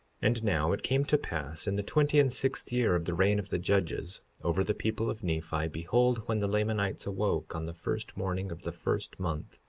and now, it came to pass in the twenty and sixth year of the reign of the judges over the people of nephi, behold, when the lamanites awoke on the first morning of the first month,